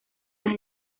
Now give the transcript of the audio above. las